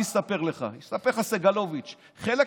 אני אספר לך ויספר לך סגלוביץ' חלק